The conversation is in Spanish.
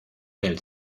del